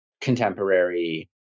contemporary